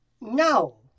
No